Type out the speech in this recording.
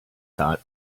thought